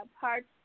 Parts